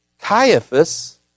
Caiaphas